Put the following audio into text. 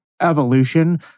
evolution